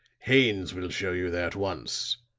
haines will show you there at once.